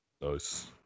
nice